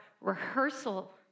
rehearsal